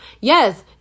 yes